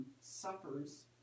suffers